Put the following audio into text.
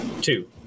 two